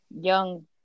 young